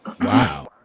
Wow